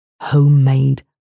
homemade